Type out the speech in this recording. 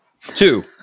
Two